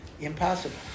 impossible